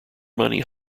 money